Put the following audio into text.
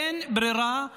אין ברירה אחרת.